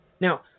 Now